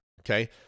okay